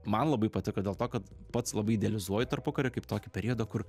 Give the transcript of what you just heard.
man labai patiko dėl to kad pats labai idealizuoju tarpukarį kaip tokį periodą kur